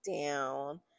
down